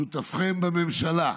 שותפכם בממשלה,